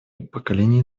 поколение